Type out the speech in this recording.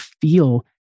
feel